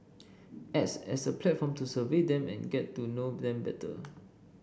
acts as a platform to survey them and get to know them better